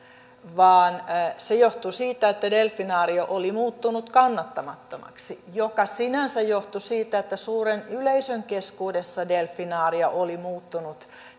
vaan se johtui siitä että delfinaario oli muuttunut kannattamattomaksi mikä sinänsä johtui siitä että suuren yleisön keskuudessa delfinaario oli muuttunut